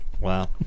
Wow